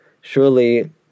surely